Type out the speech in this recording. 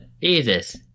Jesus